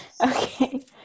okay